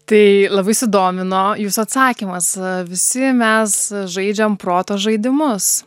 tai labai sudomino jūsų atsakymas visi mes žaidžiam proto žaidimus